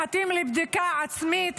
מחטים לבדיקה עצמית,